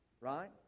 right